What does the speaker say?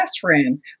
classroom